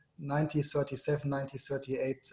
1937-1938